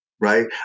right